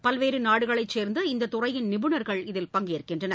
பல்வேறுநாடுகளைச் சேர்ந்த இந்ததுறையின் நிபுணர்கள் இதில் பங்கேற்கின்றனர்